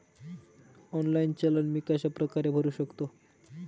Online challan मी कशाप्रकारे भरु शकतो?